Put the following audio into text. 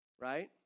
Right